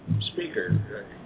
speaker